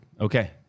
Okay